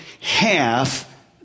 half